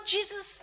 Jesus